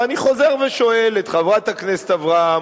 ואני חוזר ושואל את חברת הכנסת אברהם,